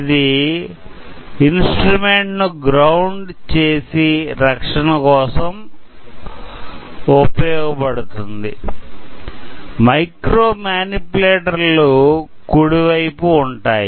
ఇది ఇన్స్ట్రుమెంట్ ను గ్రౌండ్ చేసి రక్షణ కోసం ఉపయోగపడుతుంది మైక్రోమానిప్యులేటర్లు కుడి వైపు ఉన్నాయి